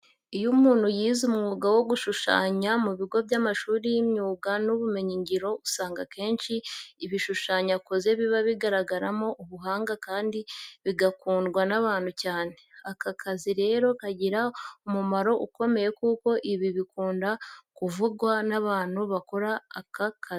Iyo umuntu yize umwuga wo gushushanya mu bigo by'amashuri y'imyuga n'ubumenyingiro, usanga akenshi ibishushanyo akoze biba bigaragaramo ubuhanga kandi bigakundwa n'abantu cyane. Aka kazi rero kagira umumaro ukomeye kuko ibi bikunda kuvugwa n'abantu bakora aka kazi.